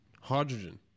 hydrogen